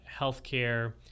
healthcare